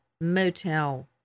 motel